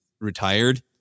retired